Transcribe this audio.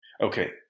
Okay